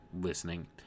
listening